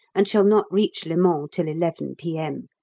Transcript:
and shall not reach le mans till eleven p m.